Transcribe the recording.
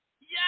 Yes